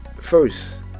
First